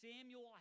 Samuel